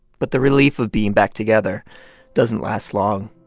but the relief of being back together doesn't last long